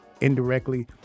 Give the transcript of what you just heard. indirectly